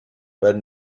their